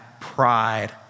pride